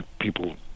people